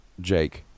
Jake